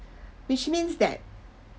which means that